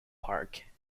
park